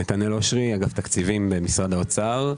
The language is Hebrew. נתנאל אשרי, אגף תקציבים, משרד האוצר.